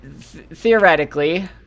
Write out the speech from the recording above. theoretically